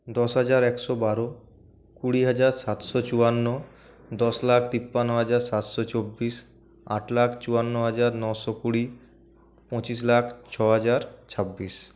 দশ হাজার একশো বারো কুড়ি হাজার সাতশো চুয়ান্ন দশ লাখ তিপ্পান্ন হাজার সাতশো চব্বিশ আট লাখ চুয়ান্ন হাজার নশো কুড়ি পঁচিশ লাখ ছহাজার ছাব্বিশ